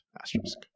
Asterisk